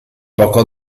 poco